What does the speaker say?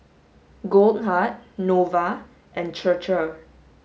Goldheart Nova and Chir Chir